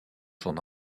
son